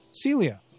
Celia